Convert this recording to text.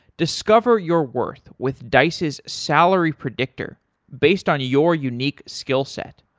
discover your worth with dice's salary predictor based on your unique skillset.